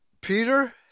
Peter